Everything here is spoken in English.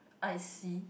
I see